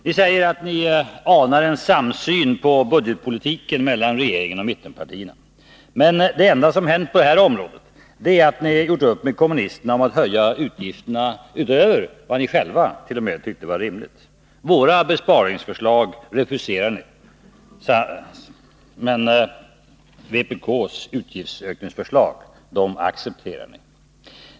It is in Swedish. Ni säger att ni anar en samsyn på budgetpolitiken mellan regeringen och mittenpartierna. Men det enda som hänt på detta område är att ni har gjort upp med kommunisterna om att höja utgifterna utöver vad ni själva t.o.m. tyckte var rimligt. Våra besparingsförslag refuserar ni, men vpk:s utgiftsökningsförslag accepterar ni.